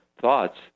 thoughts